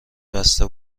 بسته